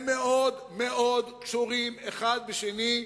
הם מאוד מאוד קשורים אחד לשני,